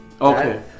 Okay